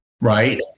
right